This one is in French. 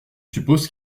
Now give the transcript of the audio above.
suppose